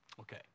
Okay